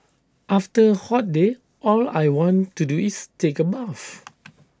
after A hot day all I want to do is take A bath